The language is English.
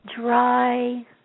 dry